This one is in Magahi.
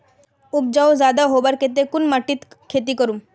उपजाऊ ज्यादा होबार केते कुन माटित खेती करूम?